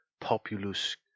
populus